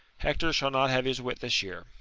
hector shall not have his wit this year.